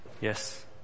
yes